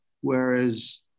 Whereas